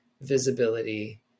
visibility